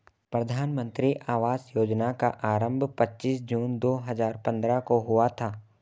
प्रधानमन्त्री आवास योजना का आरम्भ पच्चीस जून दो हजार पन्द्रह को हुआ था